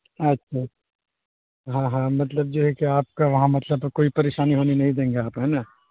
اچھا ہاں ہاں مطلب جو ہے کہ آپ کا وہاں مطلب کوئی پریشانی ہونے نہیں دیں گے آپ ہے نا